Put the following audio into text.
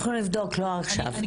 אבל לא עכשיו,